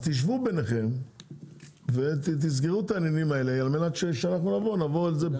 תשבו ביניכם ותסגרו את העניינים האלה על מנת שכשאנחנו נבוא,